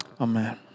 amen